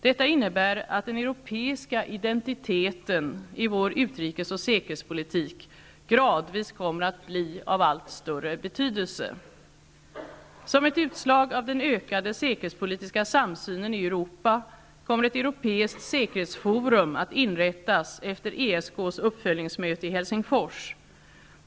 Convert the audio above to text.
Detta innebär att den europeiska identiteten i vår utrikes och säkerhetspolitik gradvis kommer att bli av allt större betydelse. Som ett utslag av den ökade säkerhetspolitiska samsynen i Europa kommer ett europeiskt säkerhetsforum att inrättas efter ESK:s uppföljningsmöte i Helsingfors.